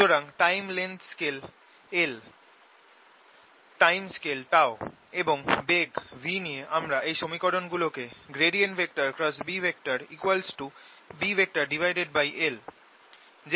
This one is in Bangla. সুতরাং time length scale l time scale এবং বেগ v নিয়ে আমরা এই সমীকরণ গুলো কে BBl যেখানে